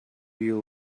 you